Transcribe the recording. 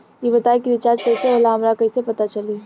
ई बताई कि रिचार्ज कइसे होला हमरा कइसे पता चली?